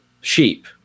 sheep